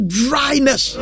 dryness